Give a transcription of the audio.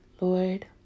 Lord